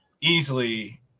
easily